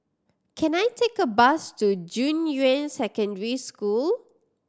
can I take a bus to Junyuan Secondary School